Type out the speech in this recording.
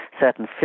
certain